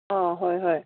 ꯑꯣ ꯍꯣꯏ ꯍꯣꯏ